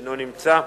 אינו נמצא,